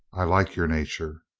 i like your nature.